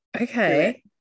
okay